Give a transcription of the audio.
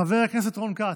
חבר הכנסת רון כץ,